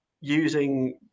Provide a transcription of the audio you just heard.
using